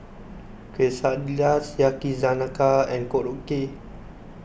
Quesadillas Yakizakana and Korokke